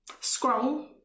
Scroll